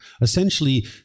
essentially